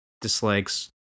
dislikes